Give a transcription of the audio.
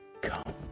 Come